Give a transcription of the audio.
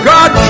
God